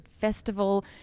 festival